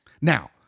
Now